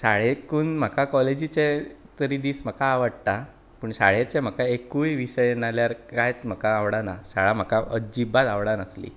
शाळेकून म्हाका कॉलेजीचे तरी दीस म्हाका आवडटा पूण शाळेचे म्हाका एकूय विशय नाजाल्यार कांयच म्हाका आवडाना शाळा म्हाका अजीबात आवडानासली